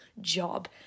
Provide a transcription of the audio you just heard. job